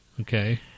okay